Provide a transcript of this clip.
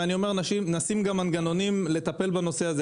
ואני אומר שנשים גם מנגנונים לטפל בנושא הזה.